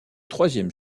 troisième